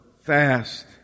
fast